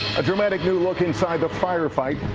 a dramatic new look inside the firefight.